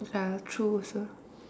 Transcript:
ya true also